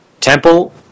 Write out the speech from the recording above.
temple